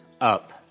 Up